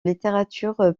littérature